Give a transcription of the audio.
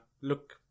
look